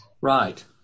Right